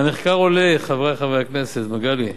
מהמחקר עולה, חברי חברי הכנסת, מגלי,